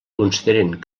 consideren